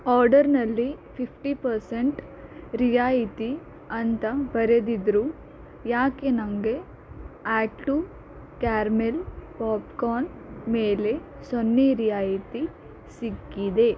ಆರ್ಡರ್ನಲ್ಲಿ fifty percent ರಿಯಾಯಿತಿ ಅಂತ ಬರೆದಿದ್ದರೂ ಯಾಕೆ ನನಗೆ ಆಕ್ಟ್ ಟೂ ಕ್ಯಾರ್ಮೆಲ್ ಪಾಪ್ಕಾರ್ನ್ ಮೇಲೆ ಸೊನ್ನೆ ರಿಯಾಯಿತಿ ಸಿಕ್ಕಿದೆ